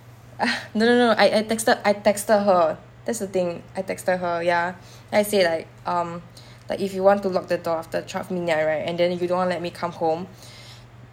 no no no I texted I texted her that's the thing I texted her ya then I said like um if you want to lock the door after twelve midnight right and then if you don't want let me come home